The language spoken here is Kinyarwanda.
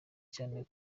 cyane